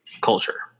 culture